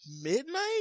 midnight